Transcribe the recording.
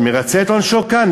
מרצה את עונשו כאן?